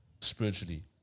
spiritually